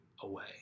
away